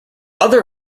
other